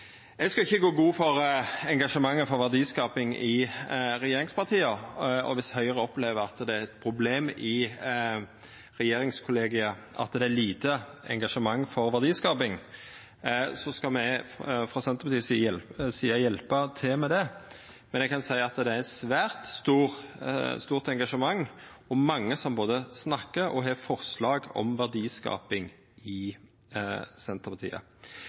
Eg skal ikkje gå god for engasjementet for verdiskaping i regjeringspartia, og viss Høgre opplever at det er eit problem i regjeringskollegiet at det er lite engasjement for verdiskaping, skal me, frå Senterpartiets side, hjelpa til med det. Men eg kan seia at det i Senterpartiet er eit svært stort engasjement og mange som både snakkar om og har forslag når det gjeld verdiskaping.